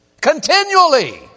Continually